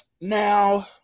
Now